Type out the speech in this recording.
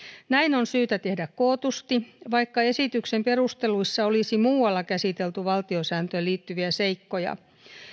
näin on syytä tehdä kootusti vaikka esityksen perusteluissa olisi muualla käsitelty valtiosääntöön liittyviä seikkoja